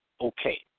okay